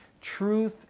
Truth